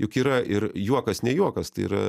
juk yra ir juokas ne juokas tai yra